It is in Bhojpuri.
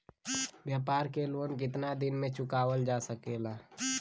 व्यापार के लोन कितना दिन मे चुकावल जा सकेला?